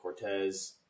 Cortez